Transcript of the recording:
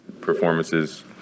performances